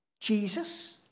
Jesus